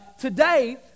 Today